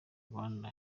rwanda